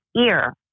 ear